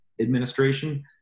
administration